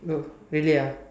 oh really ah